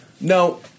no